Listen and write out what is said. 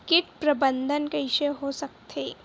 कीट प्रबंधन कइसे हो सकथे?